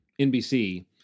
NBC